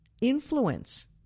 influence